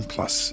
Plus